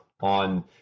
on